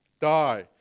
Die